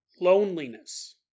Loneliness